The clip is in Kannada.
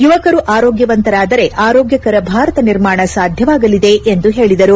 ಯುವಕರು ಆರೋಗ್ಟವಂತರಾದರೆ ಆರೋಗ್ಟಕರ ಭಾರತ ನಿರ್ಮಾಣ ಸಾಧ್ಯವಾಗಲಿದೆ ಎಂದು ಪೇಳಿದರು